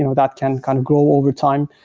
you know that can kind of grow overtime,